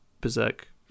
berserk